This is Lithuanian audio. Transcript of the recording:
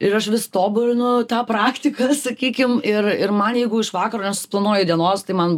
ir aš vis tobulinu tą praktiką sakykim ir ir man jeigu iš vakaro nesusiplanuoju dienos tai man